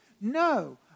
No